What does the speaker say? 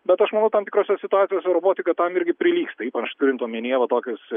bet aš manau tam tikrose situacijose robotika tam irgi prilygsta ypač turint omenyje va tokius